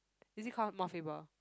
is it called Mount Faber